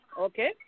okay